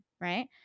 right